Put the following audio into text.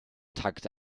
takt